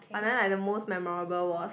but then I the most memorable was